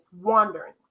wandering